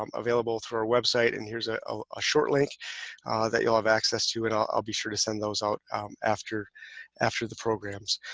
um available through our website. and here's a ah ah short link that you'll have access to, and i'll be sure to send those out after after the programs.